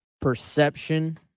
perception